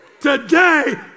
today